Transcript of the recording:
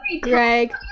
Greg